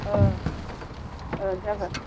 औ ओ जागोन